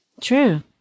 True